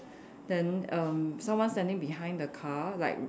then erm someone standing behind the car like